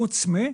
חוץ מ-,